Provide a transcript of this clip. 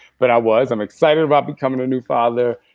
but i was. i'm excited about becoming a new father.